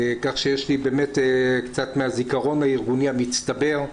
כך שיש לי באמת קצת מהזיכרון הארגוני המצטבר.